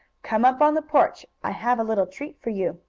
come up on the porch. i have a little treat for you.